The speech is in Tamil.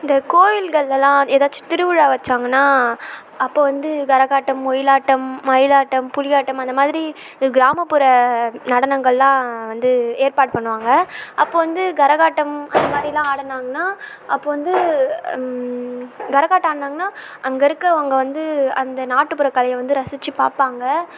இந்த கோயில்களில்லாம் ஏதாச்சும் திருவிழா வச்சாங்கன்னா அப்போ வந்து கரகாட்டம் ஒயிலாட்டம் மயிலாட்டம் புலியாட்டம் அந்த மாதிரி கிராமப்புற நடனங்கள் எல்லாம் வந்து ஏற்பாடு பண்ணுவாங்க அப்போ வந்து கரகாட்டம் அதுமாதிரிலாம் ஆடுனாங்கன்னா அப்போ வந்து கரகாட்டம் ஆடுனாங்கன்னா அங்கே இருக்கவங்க வந்து அந்த நாட்டுப்புற கலையை வந்து ரசிச்சு பார்ப்பாங்க